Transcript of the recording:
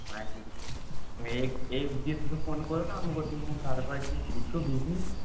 मागी एक एक दीस सुद्दां फोन कोरूं ना मुगो तुंयें सारको शी इत्तू बिजी